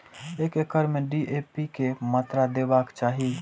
एक एकड़ में डी.ए.पी के मात्रा देबाक चाही?